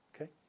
Okay